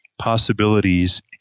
possibilities